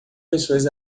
pessoas